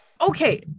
Okay